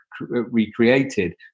recreated